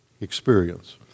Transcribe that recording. experience